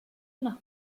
nach